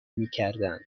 میکردند